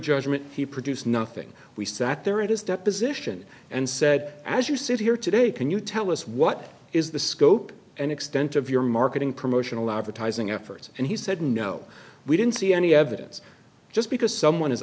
judgment he produced nothing we sat there it is deposition and said as you sit here today can you tell us what is the scope and extent of your marketing promotional advertising efforts and he said no we didn't see any evidence just because someone is